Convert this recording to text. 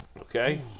Okay